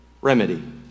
remedy